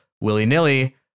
willy-nilly